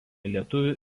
lietuvių